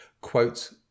quote